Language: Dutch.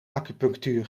acupunctuur